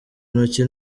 ntoki